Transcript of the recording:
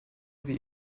sie